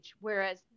whereas